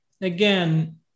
again